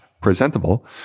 presentable